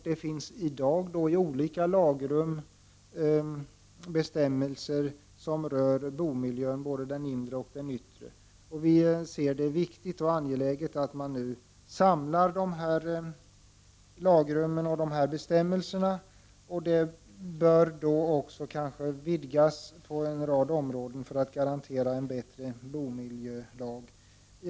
Det finns i dag olika lagbestämmelser som rör både den inre och den yttre bomiljön. Vi anser att det är viktigt och angeläget att man nu samlar dessa lagrum och bestämmelser, och de bör kanske på en rad områden vidgas för att en bättre bomiljölag skall garanteras.